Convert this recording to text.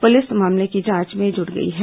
police मामले की जांच में जुट गई है